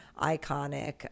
iconic